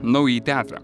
naująjį teatrą